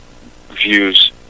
views